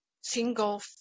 single